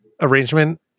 arrangement